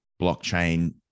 blockchain